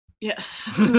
Yes